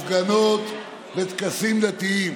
הפגנות וטקסים דתיים,